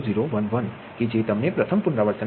0011 છે જે તમને પ્રથમ પુનરાવર્તનમાં મળ્યો હતુ